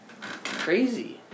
crazy